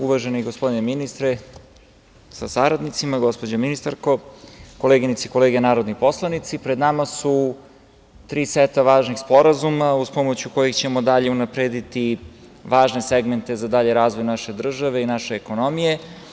Uvaženi gospodine ministre sa saradnicima, gospođo ministarko, koleginice i kolege narodni poslanici, pred nama su tri seta važni sporazuma uz pomoć kojih ćemo dalje unaprediti važne segmente za dalji razvoj naše države i naše ekonomije.